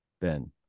Ben